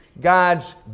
God's